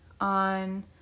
on